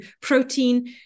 protein